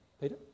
Peter